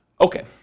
Okay